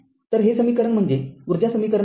तर हे समीकरण म्हणजे उर्जा समीकरण आहे